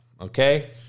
okay